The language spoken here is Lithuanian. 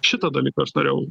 šitą dalyką aš turėjau